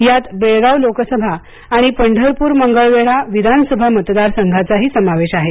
यात बेळगाव लोकसभा आणि पंढरपूर मंगळवेढा विधानसभा मतदार संघाचाही समावेश आहे